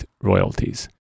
royalties